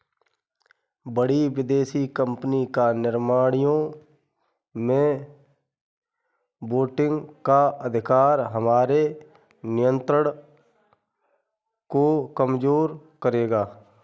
बड़ी विदेशी कंपनी का निर्णयों में वोटिंग का अधिकार हमारे नियंत्रण को कमजोर करेगा